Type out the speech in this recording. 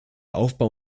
aufbau